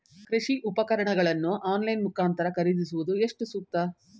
ಕೃಷಿ ಉಪಕರಣಗಳನ್ನು ಆನ್ಲೈನ್ ಮುಖಾಂತರ ಖರೀದಿಸುವುದು ಎಷ್ಟು ಸೂಕ್ತ?